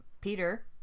Peter